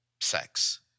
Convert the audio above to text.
sex